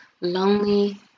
lonely